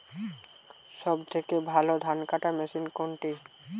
সবথেকে ভালো ধানকাটা মেশিন কোনটি?